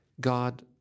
God